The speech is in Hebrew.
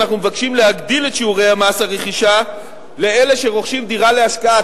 אנחנו מבקשים להגדיל את שיעורי מס הרכישה לאלה שרוכשים דירה להשקעה,